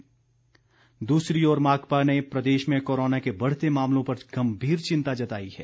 माकपा द्रसरी ओर माकपा ने प्रदेश में कोरोना के बढ़ते मामलों पर गम्भीर चिंता जताई है